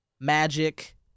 Magic